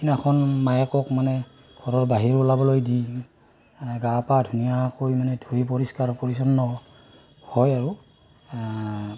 সেইদিনাখন মায়েকক মানে ঘৰত বাহিৰ ওলাবলৈ দি মানে গা পা ধুনীয়াকৈ মানে ধুই পৰিষ্কাৰ পৰিচ্ছন্ন হয় আৰু